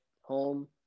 home